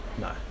no